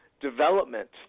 development